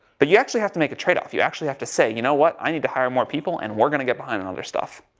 but you actually have to make a tradeoff. you actually, have to say, you know, what? i need to hire more people and we're going to get behind and on stuff.